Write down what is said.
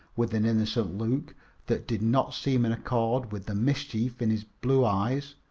with an innocent look that did not seem in accord with the mischief in his blue eyes.